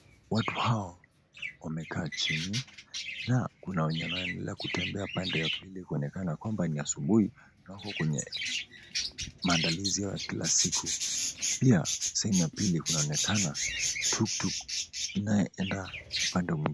Watu hawa wamekaa chini na kuna wenye wanaendelea kutembea upande wa pili kuonekana kwamba ni asubuhi wako kwenye maandalizi yao ya kila siku. Pia sehemu ya pili kunaonekana tuktuk inayoenda upande mwingine.